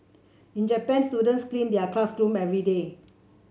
in Japan students clean their classroom every day